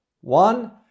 one